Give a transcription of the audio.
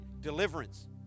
deliverance